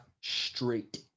straight